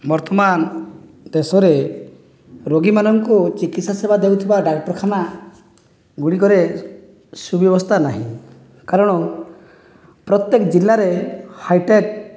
ବର୍ତ୍ତମାନ ଦେଶରେ ରୋଗୀମାନଙ୍କୁ ଚିକିତ୍ସା ସେବା ଦେଉଥିବା ଡାକ୍ତରଖାନା ଗୁଡ଼ିକରେ ସୁବ୍ୟବସ୍ଥା ନାହିଁ କାରଣ ପ୍ରତ୍ୟକ ଜିଲ୍ଲାରେ ହାଇଟେକ୍